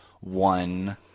one